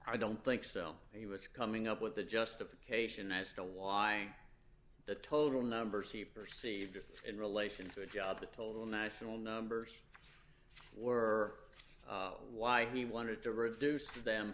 i don't think self he was coming up with the justification as to why the total numbers he perceived in relation to the job the total national numbers were why he wanted to reduce them